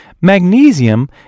Magnesium